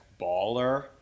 baller